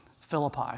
Philippi